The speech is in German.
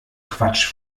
quatsch